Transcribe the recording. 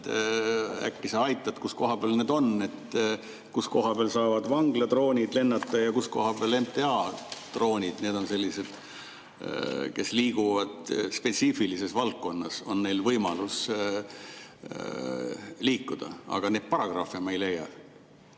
Äkki sa aitad, kus koha peal need on, kus koha peal saavad vangla droonid lennata ja kus koha peal MTA droonid? Need on sellised, kellel on spetsiifilises valdkonnas võimalus liikuda. Aga neid paragrahve ma ei leia.